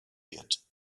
wird